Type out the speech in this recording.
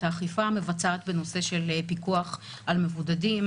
האכיפה מבצעת בנושא של פיקוח על מבודדים,